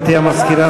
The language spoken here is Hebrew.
גברתי המזכירה,